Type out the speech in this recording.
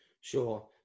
sure